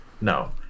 No